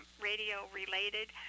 radio-related